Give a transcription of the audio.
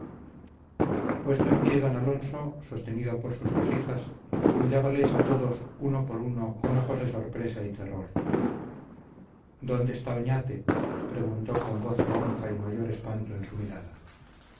puesto en pie d alonso sostenido por sus dos hijas mirábales a todos uno por uno con ojos de sorpresa y terror dónde está oñate preguntó con ronca voz y mayor espanto en su mirada